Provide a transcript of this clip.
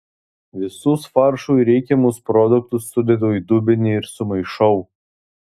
visus faršui reikiamus produktus sudedu į dubenį ir sumaišau